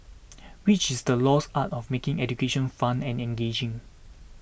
which is the lost art of making education fun and engaging